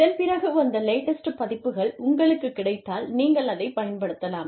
இதன் பிறகு வந்த லேட்டஸ்ட் பதிப்புகள் உங்களுக்கு கிடைத்தால் நீங்கள் அதைப் பயன்படுத்தலாம்